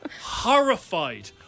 horrified